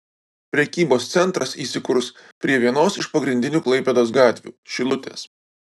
prekybos centras įsikurs prie vienos iš pagrindinių klaipėdos gatvių šilutės